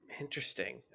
Interesting